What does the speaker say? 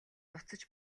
буцаж